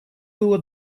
было